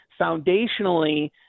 foundationally